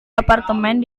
apartemen